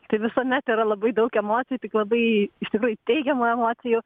kaip visuomet yra labai daug emocijų tik labai iš tikrųjų teigiamų emocijų